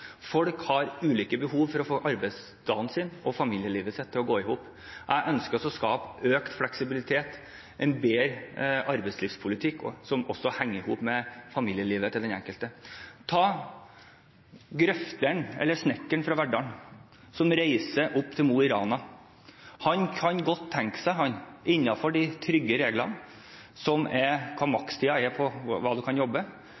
Folk har ulike behov for å få arbeidsdagen sin og familielivet sitt til å gå i hop. Jeg ønsker å skape økt fleksibilitet – en bedre arbeidslivspolitikk, som går i hop med familielivet til den enkelte. Ta snekkeren fra Verdal som reiser til Mo i Rana, som eksempel: Han kunne godt tenkt seg å ha muligheten til å jobbe litt lengre dager – innenfor de trygge reglene